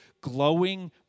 glowing